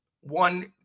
one